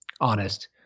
honest